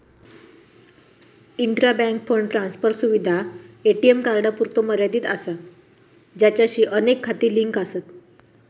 intra bank fund transfer सुविधा ATM कार्डांपुरतो मर्यादित असा ज्याचाशी अनेक खाती लिंक आसत